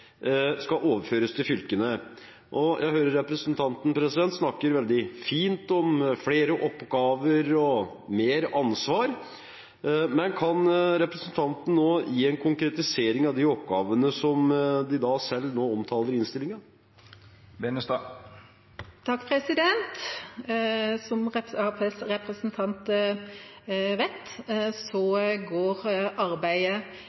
skal overføres til fylkene. Jeg hører representanten snakke veldig fint om flere oppgaver og mer ansvar, men kan representanten nå gi en konkretisering av de oppgavene som de selv omtaler i innstillingen? Som representanten Lauvås vet, pågår arbeidet